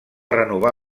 renovar